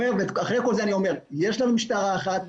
ואחרי כל זה אני אומר, יש לנו משטרה אחת,